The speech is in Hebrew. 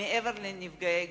מעבר לנפגעי גוף.